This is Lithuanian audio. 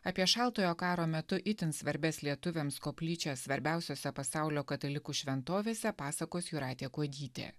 apie šaltojo karo metu itin svarbias lietuviams koplyčią svarbiausiose pasaulio katalikų šventovėse pasakos jūratė kuodytė